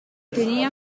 tenía